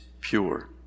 pure